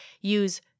use